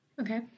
Okay